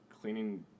cleaning